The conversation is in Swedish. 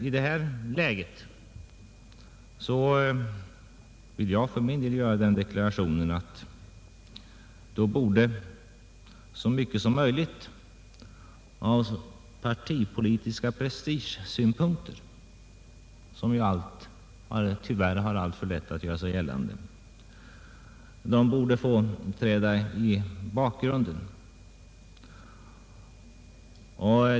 I detta läge borde — jag vill göra den deklarationen — så mycket som möjligt av partipolitiska prestigesynpunkter, som tyvärr har alltför lätt att göra sig gällande, få träda i bakgrunden.